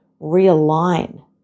realign